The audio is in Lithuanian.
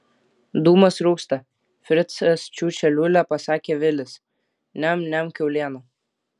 dūmas rūksta fricas čiūčia liūlia pasakė vilis niam niam kiaulieną